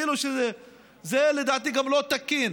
זה לדעתי גם לא תקין.